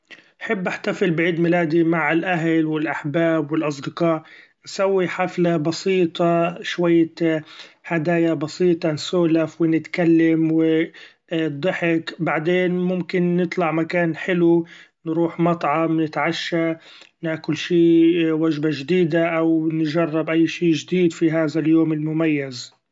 بحب احتفل بعيد ميلادي مع الأهل و الأحباب و الأصدقاء ، نسوي حفلة بسيطة شوية هدايا بسيطة نسولف و نتكلم و ضحك ، بعدين ممكن نطلع مكان حلو نروح مطعم نتعشي ناكل شي وجبة جديدة أو نجرب أي شي جديد في هذا اليوم المميز.